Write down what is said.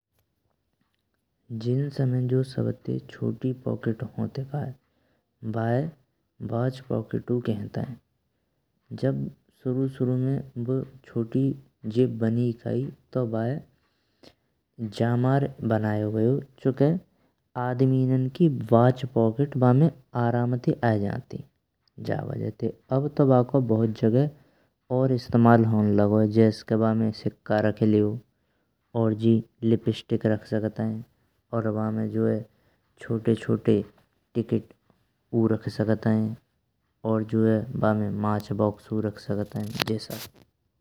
जींस में जो सबसे छोटी पॉकेट होनते का है वये वॉच पॉकेटु कहनते। जब शुरू शुरू में बु छोटी जेब बनी काई तो वये जमार बनाया गयो, चूंकि आदमी न की वॉच पॉकेट आराम ते आ जाती जा वजह ते। अब तो बक्को बहुत जगह इस्तेमाल होन लागो है के, वमे सिक्का रख लेयो लिपस्टिक रख सकत हैं, और वमे जो है छोटे छोटे टिकटु रख सकत हैं, और हो जाये वमे मैच बॉक्सु रख सकत हैं।